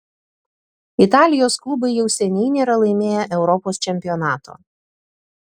italijos klubai jau seniai nėra laimėję europos čempionato